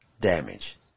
damage